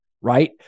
right